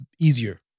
easier